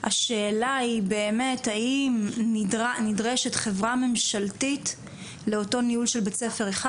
השאלה היא באמת האם נדרשת חברה ממשלתית לאותו ניהול של בית ספר אחד,